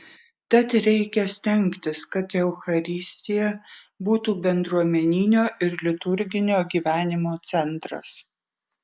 tad reikia stengtis kad eucharistija būtų bendruomeninio ir liturginio gyvenimo centras